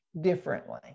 differently